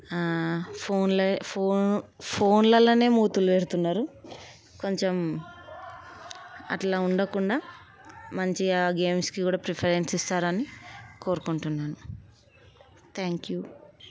ఫోన్లా phone ఫోన్లలోనే మూతులు పెడుతున్నారు కొంచెం అట్లా ఉండకుండా మంచిగా గేమ్స్కి కూడా ప్రిఫరెన్స్ ఇస్తారని కోరుకుంటున్నాను థ్యాంక్ యూ